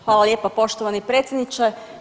Hvala lijepa poštovani predsjedniče.